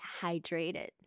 hydrated